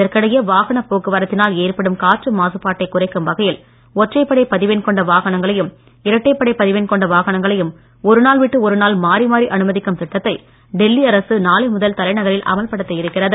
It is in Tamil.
இதற்கிடையே வாகன போக்குவரத்தினால் ஏற்படும் காற்று மாசுப்பாட்டை குறைக்கும் வகையில் ஒற்றைப்படை பதிவெண் கொண்ட வாகனங்களையும் இரட்டைப்படை பதிவெண் கொண்ட வாகனங்களையும் ஒருநாள் விட்டு ஒருநாள் மாறி மாறி அனுமதிக்கும் திட்டத்தை டெல்லி அரசு நாளை முதல் தலைநகரில் அமல்படுத்த இருக்கிறது